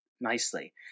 nicely